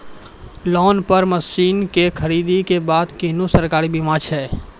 Loan पर मसीनऽक खरीद के बाद कुनू सरकारी बीमा छै?